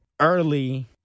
early